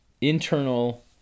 internal